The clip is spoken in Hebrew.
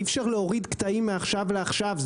אי-אפשר להוריד קטעים מעכשיו לעכשיו.